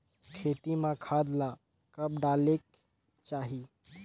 खेती म खाद ला कब डालेक चाही?